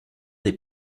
des